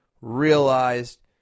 realized